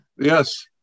Yes